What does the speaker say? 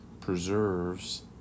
preserves